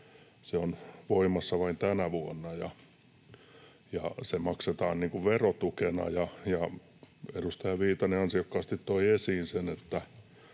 se on voimassa vain tänä vuonna ja se maksetaan verotukena. Edustaja Viitanen ansiokkaasti toi esiin sen,